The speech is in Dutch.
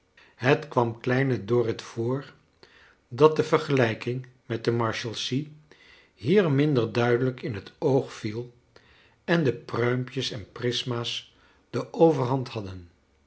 het kwam kleine dorrit voor dat de vergelijking met de marshalsea hier minder duidelijk in het oog viel en de pruimpjes en prisma's de overhand hadden